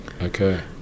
Okay